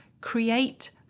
create